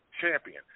champion